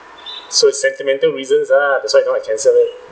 so it's sentimental reasons ah that's why you don't want to cancel